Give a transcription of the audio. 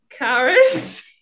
Karis